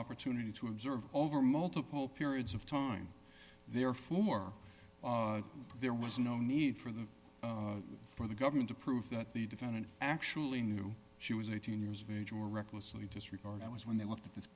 opportunity to observe over multiple periods of time therefore there was no need for them for the government to prove that the defendant actually knew she was eighteen years of age or recklessly disregard that was when they looked at this